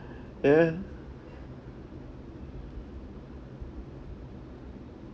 yeah